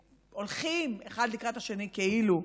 הולכים אחד לקראת השני, כאילו,